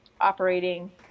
operating